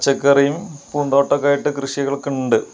പച്ചക്കറിയും പൂന്തോട്ടമൊക്കെ ആയിട്ട് കൃഷികളൊക്കെ ഉണ്ട്